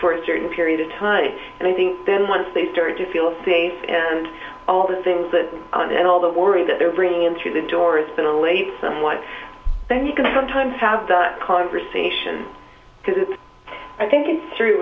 for a certain period of time and i think then once they start to feel safe and all the things that i want and all the worry that they're bringing in through the door is still a somewhat then you can sometimes have that conversation because it's i think it's thr